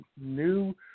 new